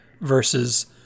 versus